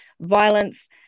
violence